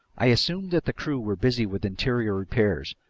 i assumed that the crew were busy with interior repairs,